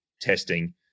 testing